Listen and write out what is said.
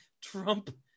trump